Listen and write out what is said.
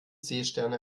seesterne